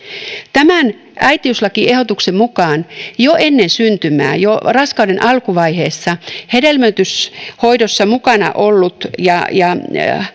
tämän äitiyslakiehdotuksen mukaan jo ennen syntymää vaikka jo raskauden alkuvaiheessa hedelmöityshoidossa mukana ollut ja ja